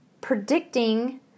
predicting